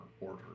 Order